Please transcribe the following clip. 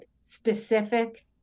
specific